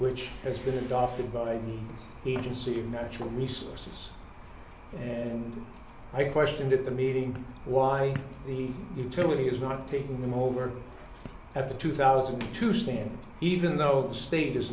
which has been adopted by the agency of natural resources and i questioned at the meeting why the utility is not taking them over after two thousand to stand even though the state is